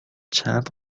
چند